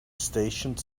stationed